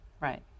Right